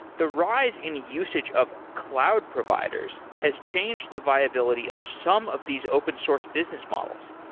the rise in usage of cloud providers has change the viability of some of these open source business models.